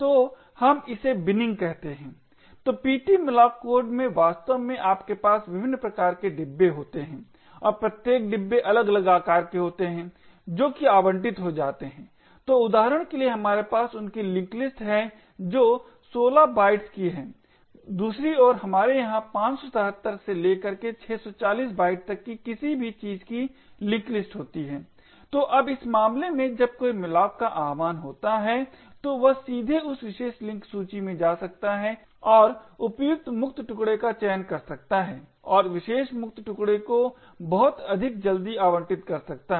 तो हम इसे बिनिंग कहते हैं तो ptmalloc कोड में वास्तव में आपके पास विभिन्न प्रकार के डिब्बे होते हैं और प्रत्येक डिब्बे अलग अलग आकार के होते हैं जो कि आवंटित हो जाते हैं तो उदाहरण के लिए हमारे पास उनकी लिंक लिस्ट है जो 16 बाइट्स की हैं दूसरी ओर हमारे यहाँ 577 से लेकर 640 बाइट्स तक की किसी भी चीज़ की लिंक लिस्ट है तो अब इस विशेष मामले में जब कोई malloc का आह्वान होता है तो वह सीधे उस विशेष लिंक सूची में जा सकता है और उपयुक्त मुक्त टुकडे का चयन कर सकता है और उस विशेष मुक्त टुकडे को बहुत अधिक जल्दी आवंटित कर सकता है